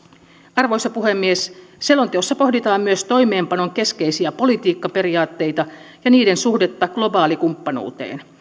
arvoisa puhemies selonteossa pohditaan myös toimeenpanon keskeisiä politiikkaperiaatteita ja niiden suhdetta globaalikumppanuuteen